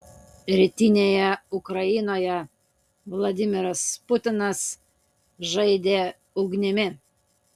rytinėje ukrainoje vladimiras putinas žaidė ugnimi